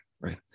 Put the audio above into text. right